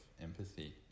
empathy